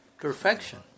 perfection